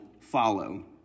follow